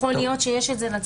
יכול להיות שיש את זה לצבא.